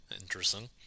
Interesting